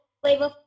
flavor